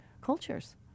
cultures